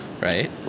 right